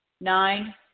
Nine